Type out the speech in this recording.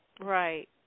Right